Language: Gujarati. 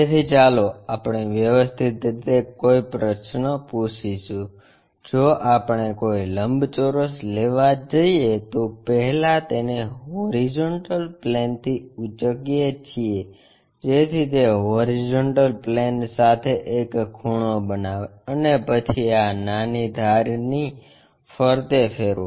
તેથી ચાલો આપણે વ્યવસ્થિત રીતે કોઈ પ્રશ્ન પૂછીએ જો આપણે કોઈ લંબચોરસ લેવા જઈએ તો પહેલા તેને હોરીઝોન્ટલ પ્લેનથી ઊંચકીએ જેથી તે હોરીઝોન્ટલ પ્લેન સાથે એક ખૂણો બનાવે અને પછી આ નાની ધારની ફરતે ફેરવો